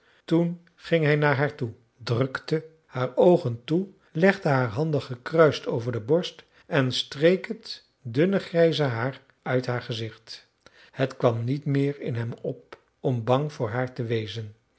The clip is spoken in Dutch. toen ging hij naar haar toe drukte haar oogen toe legde haar handen gekruist over de borst en streek het dunne grijze haar uit haar gezicht het kwam niet meer in hem op om bang voor haar te wezen